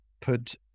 put